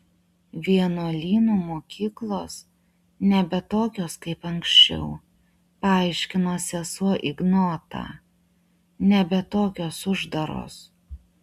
vienuolynų mokyklos nebe tokios kaip anksčiau paaiškino sesuo ignotą nebe tokios uždaros